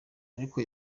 ariko